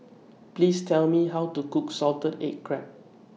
Please Tell Me How to Cook Salted Egg Crab